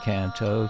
Canto